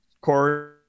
Corey